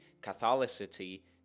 catholicity